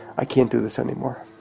i can't do this anymore,